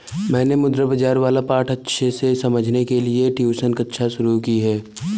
मैंने मुद्रा बाजार वाला पाठ अच्छे से समझने के लिए ट्यूशन कक्षा शुरू की है